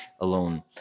alone